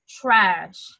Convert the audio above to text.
trash